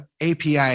API